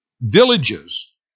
villages